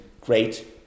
great